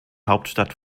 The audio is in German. hauptstadt